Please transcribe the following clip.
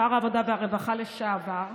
שר העבודה והרווחה לשעבר,